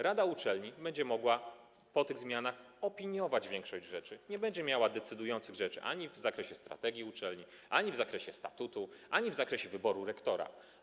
Rada uczelni będzie mogła po tych zmianach opiniować większość rzeczy, ale nie będzie miała decydującego zdania ani w zakresie strategii uczelni, ani w zakresie statutu, ani w zakresie wyboru rektora.